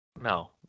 No